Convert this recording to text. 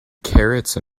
carrots